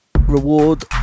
reward